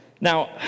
Now